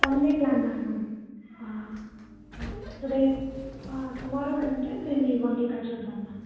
one day plan தாங்க ma'am today tomorrow கிளம்பிட்டு திரும்பி ஒன் டே கழிச்சி வந்துடுவோம் மேம்